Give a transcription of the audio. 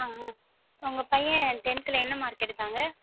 ஆ உங்க பையன் டென்த்தில் என்ன மார்க்கு எடுத்தாங்க